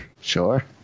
Sure